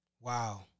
Wow